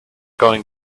going